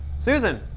susan,